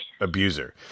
abuser